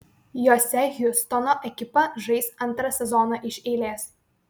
jose hjustono ekipa žais antrą sezoną iš eilės